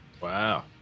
wow